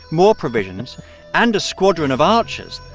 more provisions and a squadron of archers,